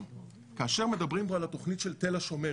כאשר מדברים פה על התוכנית של תל השומר,